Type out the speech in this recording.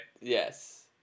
Yes